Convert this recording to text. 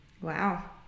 Wow